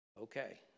okay